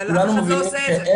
אבל אף אחד לא עושה את זה.